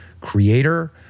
creator